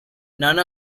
none